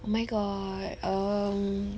oh my god um